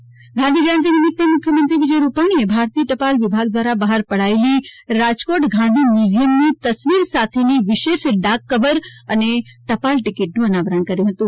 રૂપાણી ટપાલ ટીકીટ ગાંધી જયંતિ નિમિત્તે મુખ્યમંત્રી વિજયરૂપાણીએ ભારતીય ટપાલ વિભાગ દ્વારા બહાર પડાયેલી રાજકોટ ગાંધી મ્યુઝિયમ ની તસવીર સાથેના કવર વિશેષ કવર અને ટપાલ ટીકીટનું અનાવરણ કર્યું હતું